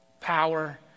Power